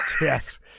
yes